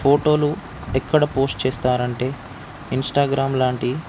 ఫోటోలు ఎక్కడ పోస్ట్ చేస్తారు అంటే ఇన్స్టాగ్రామ్ లాంటి